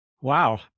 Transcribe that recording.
wow